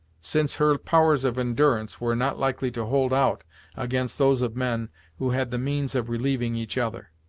since her powers of endurance were not likely to hold out against those of men who had the means of relieving each other.